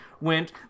went